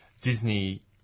Disney